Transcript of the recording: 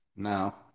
now